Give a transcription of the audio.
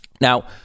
Now